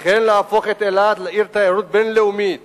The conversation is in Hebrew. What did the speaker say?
וכן להפוך את אילת לעיר תיירות בין-לאומית